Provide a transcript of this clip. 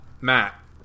Matt